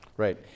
Right